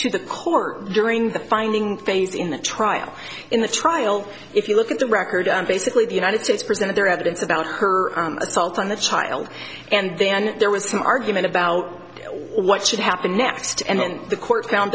to the core during the finding phase in the trial in the trial if you look at the record and basically the united states presented their evidence about her assault on the child and then there was some argument about what should happen next and then the court found